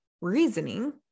reasoning